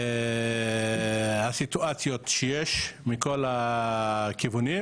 הסיטואציות שיש מכל הכיוונים,